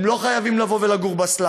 הם לא חייבים לגור בסלאמס,